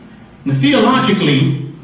Theologically